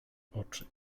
oczy